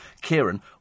kieran